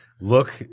look